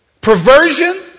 perversion